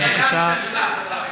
בבקשה,